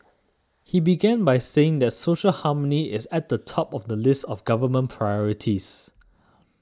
he began by saying that social harmony is at the top of the list of government priorities